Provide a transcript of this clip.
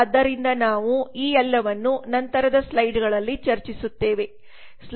ಆದ್ದರಿಂದ ನಾವು ಈ ಎಲ್ಲವನ್ನು ನಂತರದ ಸ್ಲೈಡ್ಗಳಲ್ಲಿ ಚರ್ಚಿಸುತ್ತೇವೆ